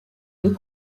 deux